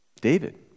David